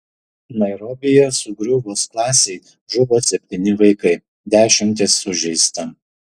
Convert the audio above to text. nairobyje sugriuvus klasei žuvo septyni vaikai dešimtys sužeista